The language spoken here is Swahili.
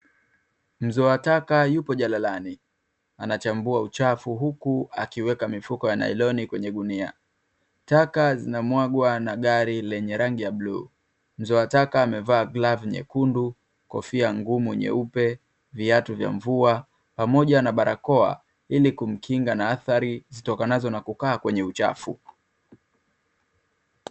Mzoa taka yupo jalalani anachambua uchafu, huku akiweka mifuko ya nailoni kwenye gunia. Taka zinamwagwa na gari lenye rangi ya bluu. Mzoa taka amevaa glavu nyekundu, kofia ngumu nyeupe, viatu vya mvua, pamoja na barakoa ili kumkinga na athari zitokanazo na kukaa kwenye uchafu.